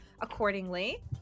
accordingly